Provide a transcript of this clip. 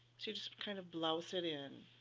so you just kind of blouse it in.